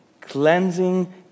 cleansing